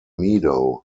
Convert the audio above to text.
meadow